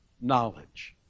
knowledge